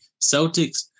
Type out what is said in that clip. Celtics